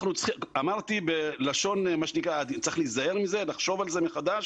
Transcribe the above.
אמרתי בלשון צריך להיזהר מזה, לחשוב על זה מחדש